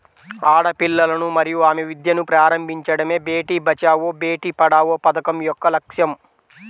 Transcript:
ఆడపిల్లలను మరియు ఆమె విద్యను ప్రారంభించడమే బేటీ బచావో బేటి పడావో పథకం యొక్క లక్ష్యం